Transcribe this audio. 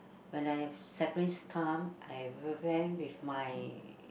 when I am in secondary time I went with my